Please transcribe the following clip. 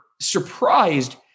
surprised